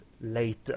later